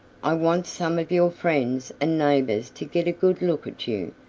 i want some of your friends and neighbors to get a good look at you,